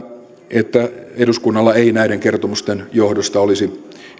että eduskunnalla ei näiden kertomusten johdosta olisi